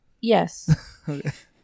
yes